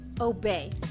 Obey